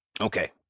Okay